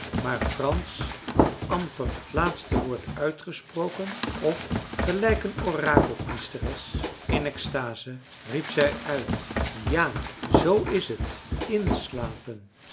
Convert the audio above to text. maar frans had amper het laatste woord uitgesproken of gelijk een orakelpriesteres in exstase riep zij uit ja zoo is t inslapen